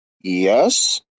Yes